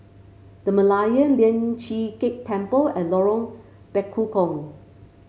The Merlion Lian Chee Kek Temple and Lorong Bekukong